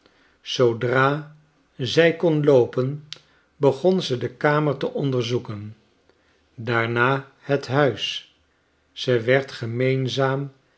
zoodra zij kon loopen begon ze de kamer te onderzoeken daarna het huis ze werd gemeenzaam